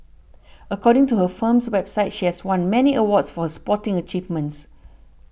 according to her firm's website she has won many awards for her sporting achievements